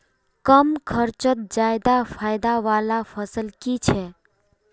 कम खर्चोत ज्यादा फायदा वाला फसल की छे?